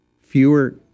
fewer